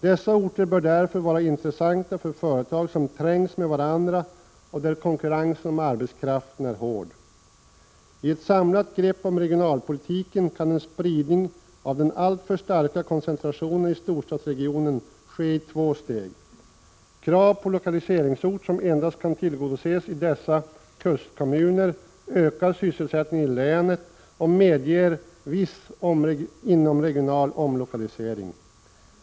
Dessa orter bör därför vara intressanta för företag som trängs med varandra där konkurrensen om arbetskraften är hård. I ett samlat grepp om regionalpolitiken kan en spridning av den alltför starka koncentrationen i storstadsregionerna ske i två steg. Krav på lokaliseringsort som endast kan tillgodoses i dessa kustkommuner ökar sysselsättningen i länet och medger viss inomregional omlokalisering.